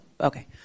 Okay